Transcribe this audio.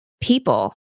people